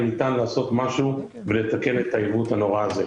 ניתן לעשות משהו ולתקן את העיוות הנורא הזה.